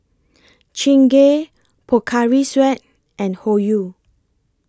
Chingay Pocari Sweat and Hoyu